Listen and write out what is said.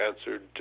answered